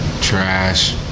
Trash